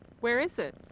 where is it?